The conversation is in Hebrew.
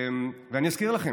ואני אזכיר לכם,